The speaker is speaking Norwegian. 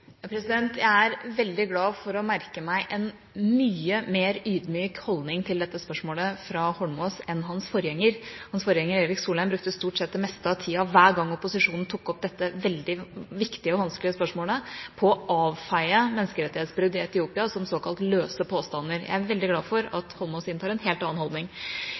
Jeg er veldig glad for å merke meg en mye mer ydmyk holdning til dette spørsmålet fra Holmås enn fra hans forgjenger. Hans forgjenger, Erik Solheim, brukte stort sett det meste av tida hver gang opposisjonen tok opp dette veldig viktige og vanskelige spørsmålet, på å avfeie menneskerettighetsbrudd i Etiopia som såkalt løse påstander. Jeg er veldig glad for at Holmås inntar en helt annen holdning.